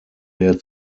der